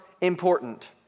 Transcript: important